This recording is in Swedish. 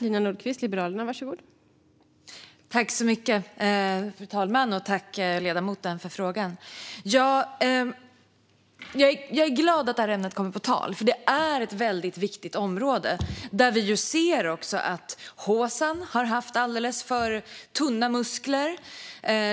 Fru talman! Tack, ledamoten, för frågan! Jag är glad att detta ämne kommer på tal, för det är ett väldigt viktigt område. Där ser vi också att HSAN har haft alldeles för tunna muskler.